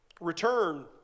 Return